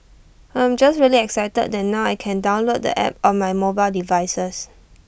I am just really excited that now I can download the app on my mobile devices